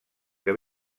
que